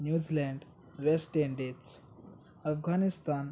New Zealand West Indies Afghanistan